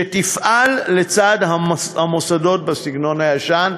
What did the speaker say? שתפעל לצד המוסדות בסגנון הישן.